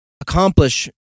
accomplish